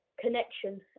connection